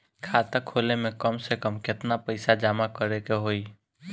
खाता खोले में कम से कम केतना पइसा जमा करे के होई?